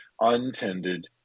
untended